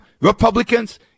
Republicans